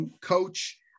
coach